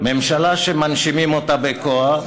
ממשלה שמנשימים אותה בכוח